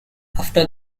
after